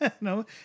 No